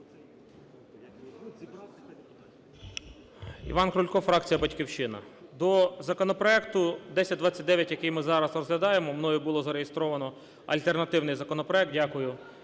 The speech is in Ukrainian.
Іван Крулько, фракція "Батьківщина". До законопроекту 1029, який ми зараз розглядаємо, мною було зареєстровано альтернативний законопроект. Дякую